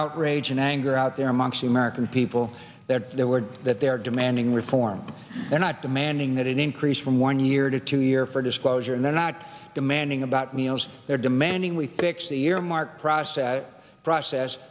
anger out there amongst the american people that their word that they're demanding reform they're not demanding that it increase from one year to two year for disclosure and they're not demanding about meals they're demanding we fix the year mark process process